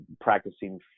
practicing